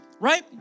right